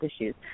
issues